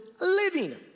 living